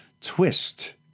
twist